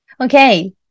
Okay